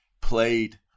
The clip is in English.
played